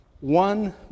one